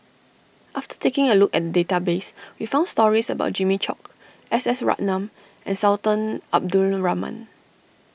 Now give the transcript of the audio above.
after taking a look at database we found stories about Jimmy Chok S S Ratnam and Sultan Abdul Rahman